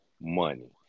money